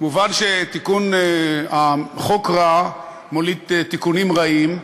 מובן שתיקון, חוק רע מוליד תיקונים רעים.